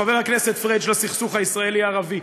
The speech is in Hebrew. חבר הכנסת פריג', לסכסוך הישראלי ערבי.